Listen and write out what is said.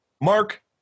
Mark